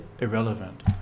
irrelevant